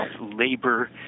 labor